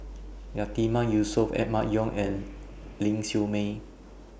Yatiman Yusof Emma Yong and Ling Siew May